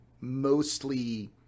mostly